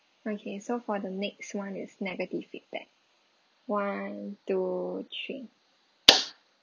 okay so for the next one is negative feedback one two three